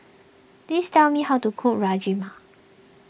please tell me how to cook Rajma